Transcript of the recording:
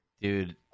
Dude